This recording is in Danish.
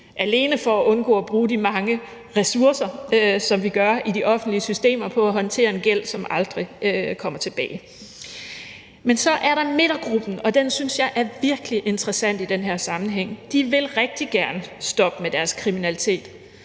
alene for at undgå at bruge de mange ressourcer, som vi gør i de offentlige systemer, på at håndtere en gæld, som aldrig bliver betalt. Men så er der midtergruppen, og den synes jeg er virkelig interessant i den her sammenhæng. De vil rigtig gerne stoppe med deres kriminalitet,